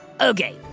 Okay